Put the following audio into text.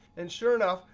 and sure enough,